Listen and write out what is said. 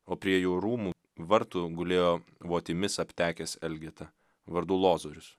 o prie jų rūmų vartų gulėjo votimis aptekęs elgeta vardu lozorius